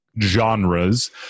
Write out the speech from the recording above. genres